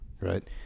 right